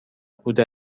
بوده